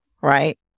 right